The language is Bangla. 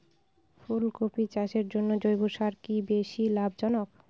ফুলকপি চাষের জন্য জৈব সার কি বেশী লাভজনক?